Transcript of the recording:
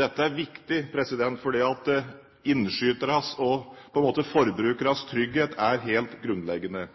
Dette er viktig, for innskyternes – og på en måte forbrukernes – trygghet er helt grunnleggende.